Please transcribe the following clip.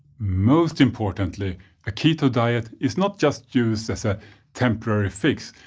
most importantly a keto diet is not just used as a temporary fix.